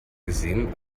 gesehen